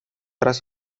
tras